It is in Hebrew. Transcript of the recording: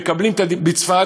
מקבלים את הדיפלומה בצפת,